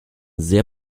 sehr